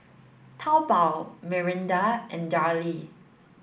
Taobao Mirinda and Darlie